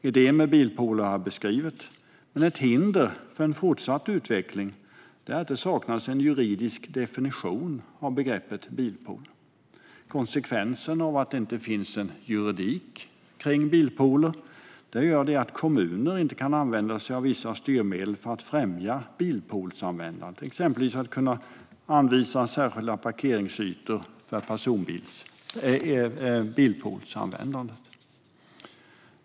Idén med bilpooler har jag beskrivit, men ett hinder för en fortsatt utveckling är att det saknas en juridisk definition av begreppet bilpool. Konsekvensen av att det inte finns en juridik kring bilpooler är att kommuner inte kan använda sig av vissa styrmedel för att främja bilpoolsanvändandet, exempelvis genom att kunna anvisa särskilda parkeringsytor för bilpoolsanvändande.